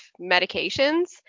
medications